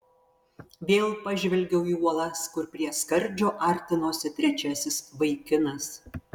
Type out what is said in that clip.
vėl pažvelgiau į uolas kur prie skardžio artinosi trečiasis vaikinas